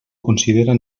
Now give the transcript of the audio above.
considera